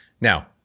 Now